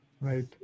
Right